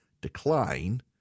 Decline